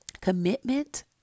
commitment